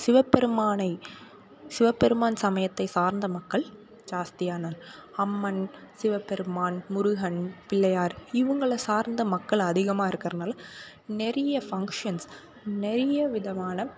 சிவப்பெருமானை சிவப்பெருமான் சமயத்தை சார்ந்த மக்கள் ஜாஸ்தியான அம்மன் சிவபெருமான் முருகன் பிள்ளையார் இவங்கள சார்ந்த மக்கள் அதிகமாக இருக்கிறனால நிறைய ஃபங்ஷன்ஸ் நிறைய விதமான